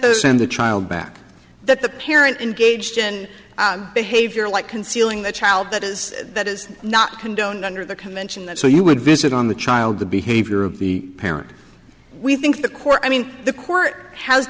those send the child back that the parent engaged in behavior like concealing the child that is that is not condoned under the convention that so you would visit on the child the behavior of the parent we think the court i mean the court h